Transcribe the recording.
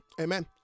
amen